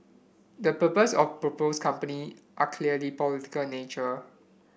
the purposes of proposed company are clearly political nature